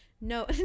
no